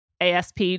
ASP